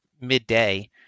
midday